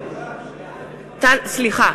(קוראת בשמות חברי הכנסת) סליחה.